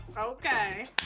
okay